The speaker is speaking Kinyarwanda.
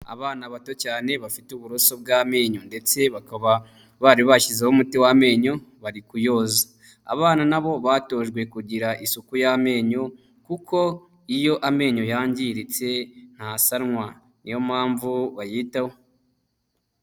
Abana bato cyane bafite uburoso bw'amenyo, ndetse bakaba bari bashyizeho umuti w'amenyo, bari kuyoza. Abana nabo batojwe kugira isuku y'amenyo kuko iyo amenyo yangiritse ntasanwa niyo mpamvu bayitaho.